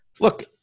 look